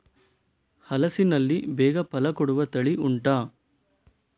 ಹಲಸಿನಲ್ಲಿ ಬೇಗ ಫಲ ಕೊಡುವ ತಳಿ ಉಂಟಾ